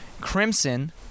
Crimson